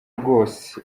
rwose